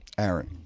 erin.